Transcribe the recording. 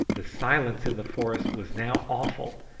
the silence in the forest was now awful,